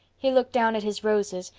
he looked down at his roses,